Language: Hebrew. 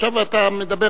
עכשיו אתה מדבר,